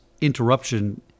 interruption